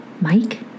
Mike